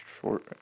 short